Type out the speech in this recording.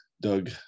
Doug